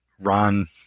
Ron